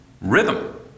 rhythm